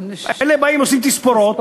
אלה באים, עושים תספורות.